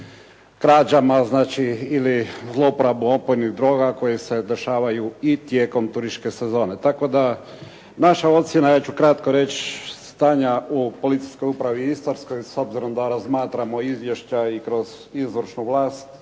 znači ili zlouporabu opojnih droga koje se dešavaju i tijekom turističke sezone. Tako da naša ocjena ja ću kratko reći stanja u Policijskoj upravi Istarskoj s obzirom da razmatramo izvješća i kroz izvršnu vlast